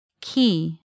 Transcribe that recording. Key